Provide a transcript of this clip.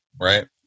right